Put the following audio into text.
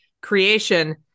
creation